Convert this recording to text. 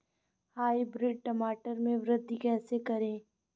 Hybrid टमाटर में वृद्धि कैसे करें?